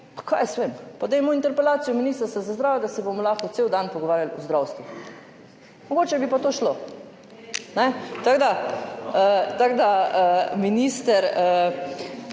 kaj jaz vem, pa dajmo interpelacijo ministrstva za zdravje, da se bomo lahko cel dan pogovarjali o zdravstvu. Mogoče bi pa to šlo. Tako da, minister,